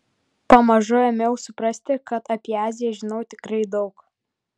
pamažu ėmiau suprasti kad apie aziją žinau tikrai daug